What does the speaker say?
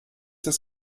das